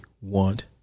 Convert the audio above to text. want